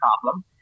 problem